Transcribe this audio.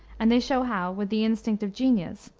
and they show how, with the instinct of genius,